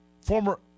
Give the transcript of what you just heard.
Former